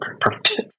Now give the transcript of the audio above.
perfect